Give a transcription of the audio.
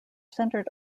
centered